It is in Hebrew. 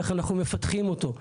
איך אנחנו מפתחים אותו,